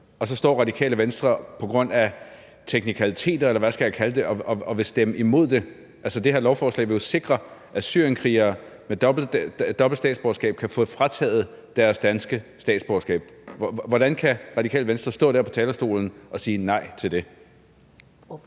og så står Radikale Venstre på grund af teknikaliteter – eller hvad skal jeg kalde det? – og vil stemme imod det. Altså, det her lovforslag vil jo sikre, at syrienskrigere med dobbelt statsborgerskab kan få frataget deres danske statsborgerskab. Hvordan kan Radikale Venstre stå der på talerstolen og sige nej til det? Kl.